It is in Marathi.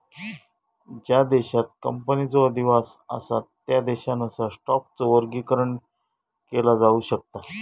ज्या देशांत कंपनीचो अधिवास असा त्या देशानुसार स्टॉकचो वर्गीकरण केला जाऊ शकता